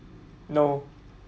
no